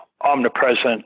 omnipresent